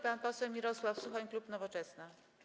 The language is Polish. Pan poseł Mirosław Suchoń, klub Nowoczesna.